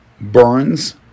burns